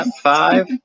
five